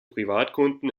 privatkunden